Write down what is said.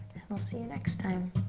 and i'll see you next time.